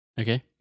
Okay